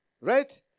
Right